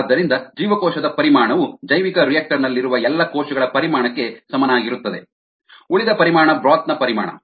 ಆದ್ದರಿಂದ ಜೀವಕೋಶದ ಪರಿಮಾಣವು ಜೈವಿಕರಿಯಾಕ್ಟರ್ ನಲ್ಲಿರುವ ಎಲ್ಲಾ ಕೋಶಗಳ ಪರಿಮಾಣಕ್ಕೆ ಸಮನಾಗಿರುತ್ತದೆ ಉಳಿದ ಪರಿಮಾಣ ಬ್ರೋತ್ ನ ಪರಿಮಾಣ